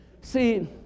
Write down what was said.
See